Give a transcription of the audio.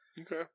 okay